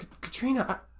Katrina